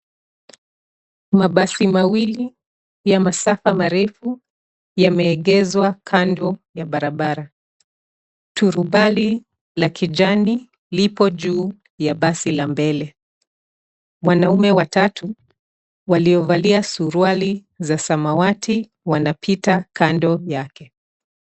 Mabasi mawili ya masafa marefu yame egeshwa kando ya barabara, Turubari la kijani lipo juu ya basi la mbele wanaume watatu waliovalia suruali za samawati wanapita kando yake.